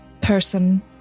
person